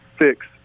fix